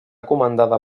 comandada